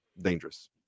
dangerous